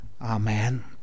Amen